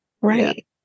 right